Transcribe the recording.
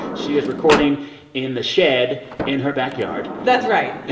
she is recording in the shed in her backyard that's right